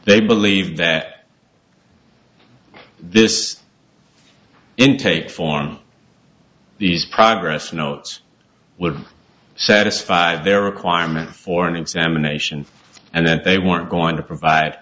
they believe that this intake form these progress notes would satisfy their requirement for an examination and then they weren't going to provide